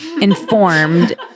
Informed